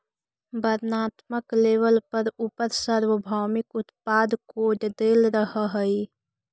वर्णात्मक लेबल पर उपर सार्वभौमिक उत्पाद कोड देल रहअ हई